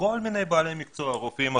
כל מיני בעלי מקצוע רופאים,